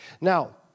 Now